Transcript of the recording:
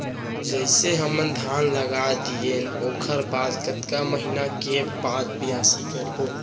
जइसे हमन धान लगा दिएन ओकर बाद कतका महिना के बाद बियासी करबो?